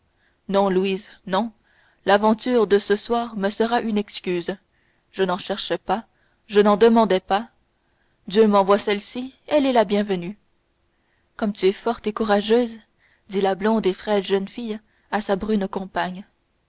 non louise non l'aventure de ce soir me sera une excuse je n'en cherchais pas je n'en demandais pas dieu m'envoie celle-ci elle est la bienvenue comme tu es forte et courageuse dit la blonde et frêle jeune fille à sa brune compagne